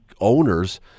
owners